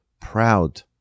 proud